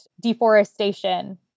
deforestation